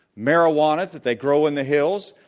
marijuana that they grow in the hills,